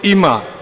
Ima.